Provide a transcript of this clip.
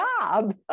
job